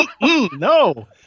No